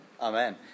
Amen